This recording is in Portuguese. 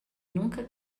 nunca